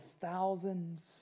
thousands